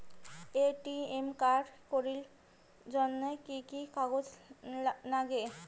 ATM card করির জন্যে কি কি কাগজ নাগে?